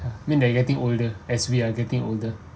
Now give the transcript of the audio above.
I mean they are getting older as we are getting older